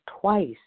twice